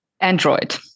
Android